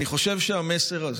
אני חושב שהמסר הזה